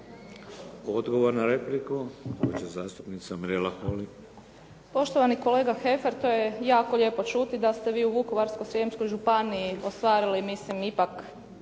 Mirela (SDP)** Poštovani kolega Heffer, to je jako lijepo čuti da ste vi u Vukovarsko-srijemskoj županiji ostvarili mislim ipak